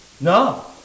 No